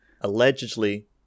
allegedly